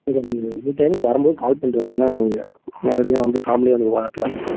சரி சார் நீங்கள் any time வரம் போது கால் பண்ணிட்டு வந்திங்கன்னா கொஞ்சம் மறுபடியும் வந்து ஃபார்ம்லே வந்து பார்த்து வாய்ங்க்கலாம்